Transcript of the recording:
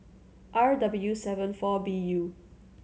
R W seven four B U